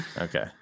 okay